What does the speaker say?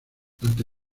ante